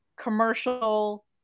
commercial